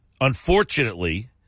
unfortunately